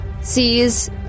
sees